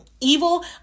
evil